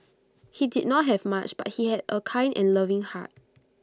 he did not have much but he had A kind and loving heart